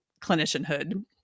clinicianhood